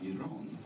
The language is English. Iran